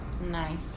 Nice